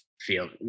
field